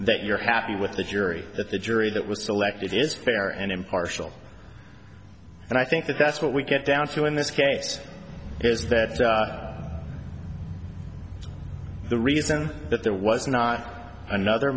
that you're happy with the jury that the jury that was selected is fair and impartial and i think that that's what we get down to in this case is that the reason that there was not another